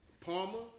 Palmer